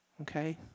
okay